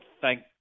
thank